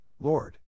Lord